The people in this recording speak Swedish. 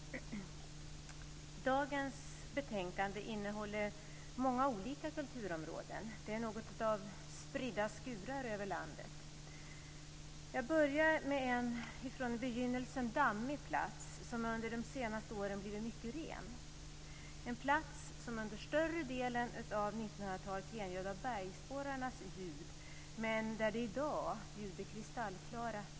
Herr talman! Dagens betänkande innehåller många olika kulturområden. Det är något av spridda skurar över landet. Jag börjar med en från begynnelsen dammig plats som under de senaste åren blivit mycket ren. Det är en plats som under större delen av 1900-talet genljudit av bergsborrarnas ljud, men där det i dag ljuder kristallklara toner.